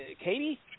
Katie